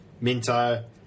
Minto